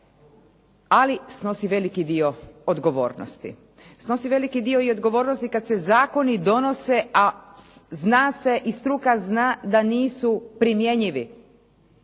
ali snosi veliki dio odgovornosti. Snosi veliki dio i odgovornosti kad se zakoni donose a zna se i struka zna da nisu primjenjivi,